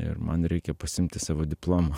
ir man reikia pasiimti savo diplomą